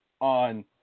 on